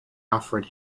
alfred